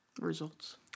results